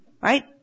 right